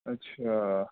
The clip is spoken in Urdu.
اچھا